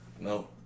No